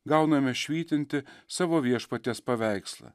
gauname švytintį savo viešpaties paveikslą